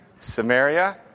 Samaria